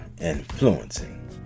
Influencing